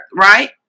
right